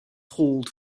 hold